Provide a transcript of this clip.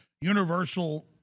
universal